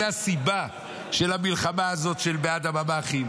זאת הסיבה של המלחמה הזאת בעד הממ"חים.